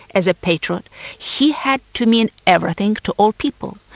as a patriot he had to mean everything to all people.